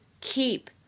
keep